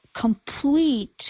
complete